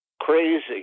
crazy